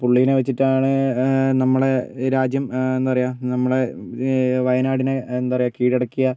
പുള്ളിനെ വെച്ചിട്ടാണ് നമ്മളെ രാജ്യം എന്താ പറയാ നമ്മളെ വയനാടിനെ എന്താ പറയാ കീഴടക്കിയത്